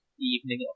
evening